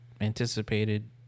anticipated